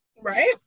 right